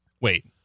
Wait